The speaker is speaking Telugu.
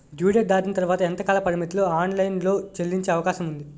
డ్యూ డేట్ దాటిన తర్వాత ఎంత కాలపరిమితిలో ఆన్ లైన్ లో చెల్లించే అవకాశం వుంది?